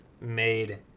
made